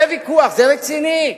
זה ויכוח, זה רציני.